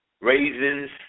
raisins